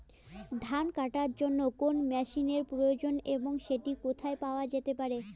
ধান কাটার জন্য কোন মেশিনের প্রয়োজন এবং সেটি কোথায় পাওয়া যেতে পারে?